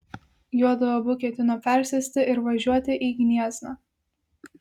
juodu abu ketino persėsti ir važiuoti į gniezną